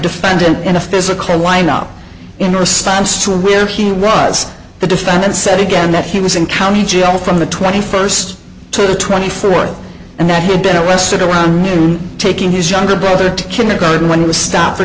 defendant in a physical lineup in response to where he was the defendant said again that he was in county jail from the twenty first to the twenty fourth and that he had been arrested around noon taking his younger brother to kindergarten when he was stopped for